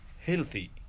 healthy